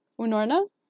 Unorna